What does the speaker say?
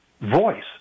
voice